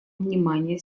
внимания